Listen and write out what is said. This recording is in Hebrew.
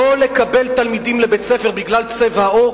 לא לקבל תלמידים לבית-הספר בגלל צבע העור,